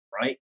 Right